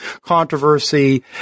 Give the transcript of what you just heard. controversy